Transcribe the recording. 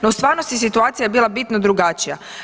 No u stvarnosti situacija je bila bitno drugačija.